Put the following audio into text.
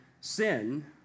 sin